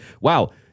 wow